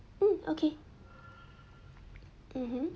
hmm okay mmhmm